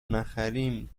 نخریم